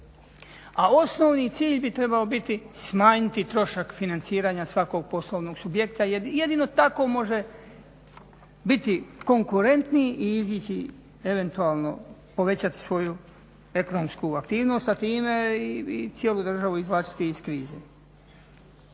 A osnovni cilj bi trebao biti smanjiti trošak financiranja svakog poslovnog subjekta jer jedino tako može biti konkurentniji i izaći eventualno povećati svoju ekonomsku aktivnost a time i cijelu državu izvlačiti iz krize.